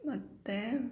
ಮತ್ತು